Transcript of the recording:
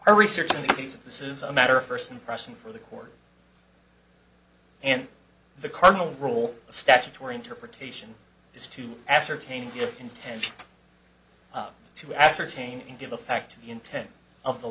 our research indicates that this is a matter of first impression for the court and the cardinal rule of statutory interpretation is to ascertain your intention to ascertain and give the fact of the intent of the